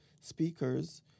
speakers